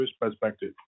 perspective